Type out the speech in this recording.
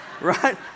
right